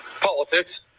politics